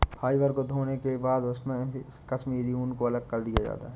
fibre को धोने के बाद इसमे से कश्मीरी ऊन को अलग करा जाता है